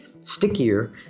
stickier